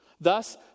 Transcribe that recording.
Thus